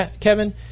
Kevin